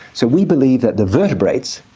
so we believe that the vertebrates,